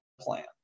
plan